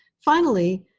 finally,